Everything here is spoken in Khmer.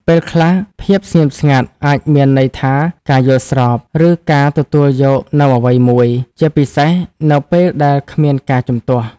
ពេលខ្លះ ភាពស្ងៀមស្ងាត់អាចមានន័យថាការយល់ព្រម ឬការទទួលយកនូវអ្វីមួយ ជាពិសេសនៅពេលដែលគ្មានការជំទាស់។